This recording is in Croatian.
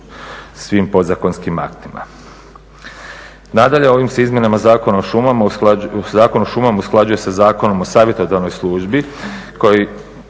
svim podzakonskim aktima. Nadalje, ovim se izmjenama Zakon o šumama usklađuje sa Zakonom o savjetodavnoj službi kojim